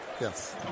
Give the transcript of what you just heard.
Yes